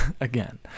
again